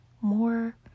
more